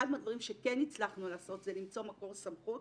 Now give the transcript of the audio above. אחד מהדברים שכן הצלחנו לעשות זה למצוא מקור סמכות